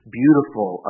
beautiful